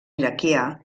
iraquià